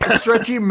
stretchy